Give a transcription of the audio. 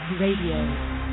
Radio